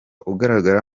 ugaragara